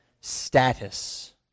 status